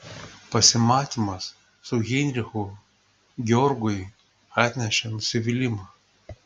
pasimatymas su heinrichu georgui atnešė nusivylimą